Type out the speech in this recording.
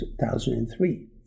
2003